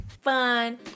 fun